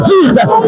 Jesus